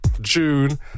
June